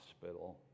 hospital